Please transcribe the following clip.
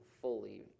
fully